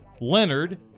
Leonard